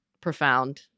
profound